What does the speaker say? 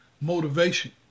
motivation